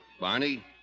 Barney